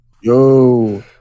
Yo